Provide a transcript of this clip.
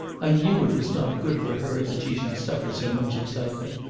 i knew it was not good for her that she should suffer so much excitement.